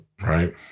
Right